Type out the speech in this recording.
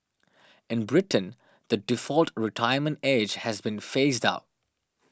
in Britain the default retirement age has been phased out